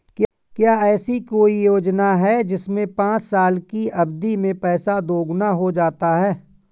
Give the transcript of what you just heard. क्या ऐसी कोई योजना है जिसमें पाँच साल की अवधि में पैसा दोगुना हो जाता है?